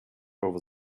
over